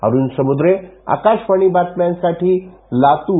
अरूण समुद्रे आकाशवाणी बातम्यांसाठी लातूर